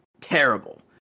terrible